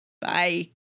Bye